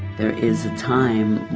there is a time